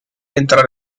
entra